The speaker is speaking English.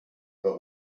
but